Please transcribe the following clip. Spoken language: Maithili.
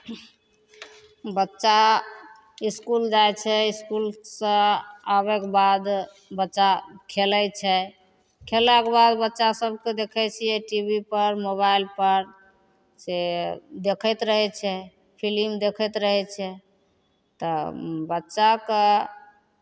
बच्चा इसकुल जाइ छै इसकुलसँ आबयके बाद बच्चा खेलै छै खेललाके बाद बच्चा सभकेँ देखै छियै टी वी पर मोबाइलपर से देखैत रहै छै फिलिम देखैत रहै छै तऽ बच्चाकेँ